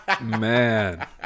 Man